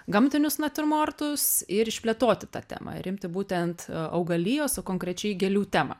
gamtinius natiurmortus ir išplėtoti tą temą ir imti būtent augalijos o konkrečiai gėlių temą